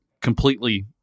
Completely